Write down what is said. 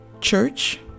church